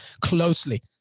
closely